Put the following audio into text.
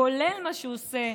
כולל מה שהוא עושה,